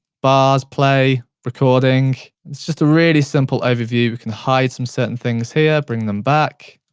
bars, play, recording, it's just a really simple overview. we can hide some certain things here, bring them back.